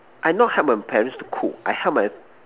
I not help my parents to cook I help my